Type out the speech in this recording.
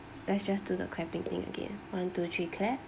let's just do the clapping thing again one two three clap